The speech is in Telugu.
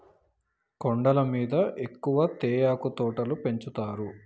కొండల మీద ఎక్కువ తేయాకు తోటలు పెంచుతారు